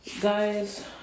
guys